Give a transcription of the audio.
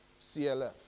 CLF